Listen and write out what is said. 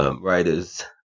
writers